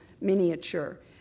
miniature